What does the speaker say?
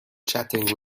chatting